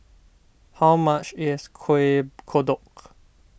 how much is Kuih Kodok